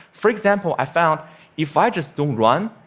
for example, i found if i just don't run,